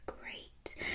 great